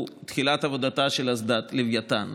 הוא תחילת עבודתה של אסדת לווייתן.